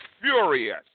furious